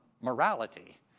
morality